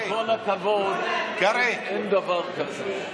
עם כל הכבוד, אין דבר כזה.